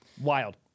Wild